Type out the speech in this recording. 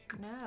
No